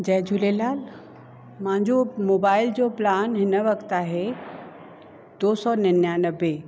जय झूलेलाल मुहिंजो मोबाइल जो प्लान हिन वक्त आहे दो सौ निन्यानवे